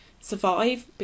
survive